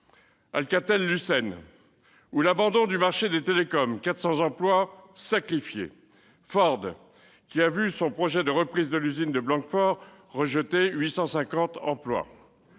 Alcatel-Lucent, ou l'abandon du marché des télécoms : 400 emplois sacrifiés ; Ford, qui a vu son projet de reprise de l'usine de Blanquefort rejeté : 850 emplois